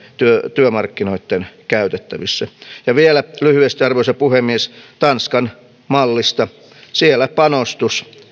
työmarkkinoitten käytettävissä vielä lyhyesti arvoisa puhemies tanskan mallista siellä panostus